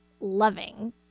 loving